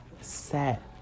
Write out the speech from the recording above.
set